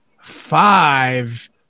five